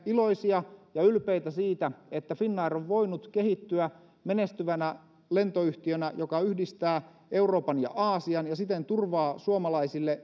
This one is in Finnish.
iloisia ja ylpeitä siitä että finnair on voinut kehittyä menestyvänä lentoyhtiönä joka yhdistää euroopan ja aasian ja siten turvaa suomalaisille